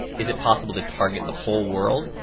is it possible to target the whole world,